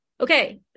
Okay